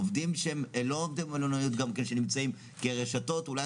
עובדים שהם לא עובדי מלונאות גם כן שנמצאים כרשתות אולי,